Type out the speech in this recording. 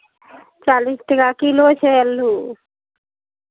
चालीस टाका किलो छै आलू